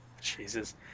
Jesus